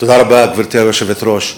תודה רבה, גברתי היושבת-ראש.